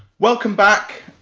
welcome back.